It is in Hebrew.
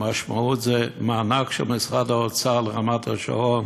המשמעות היא מענק של משרד האוצר לרמת-השרון